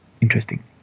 Interesting